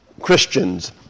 Christians